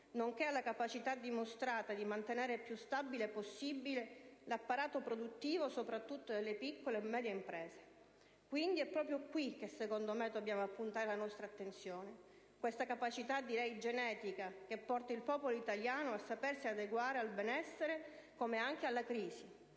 nonché alla capacità dimostrata di mantenere più stabile possibile l'apparato produttivo, soprattutto delle piccole e medie imprese. Quindi, è proprio qui che, secondo me, dobbiamo appuntare la nostra attenzione: su questa capacità, direi, genetica, che porta il popolo italiano a sapersi adeguare al benessere, come anche alla crisi.